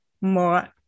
more